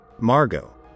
Margot